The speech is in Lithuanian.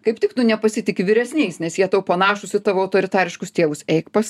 kaip tik tu nepasitiki vyresniais nes jie tau panašūs į tavo autoritariškus tėvus eik pas